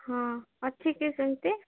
ହଁ ଅଛି କି ସେମିତି